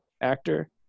actor